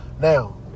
Now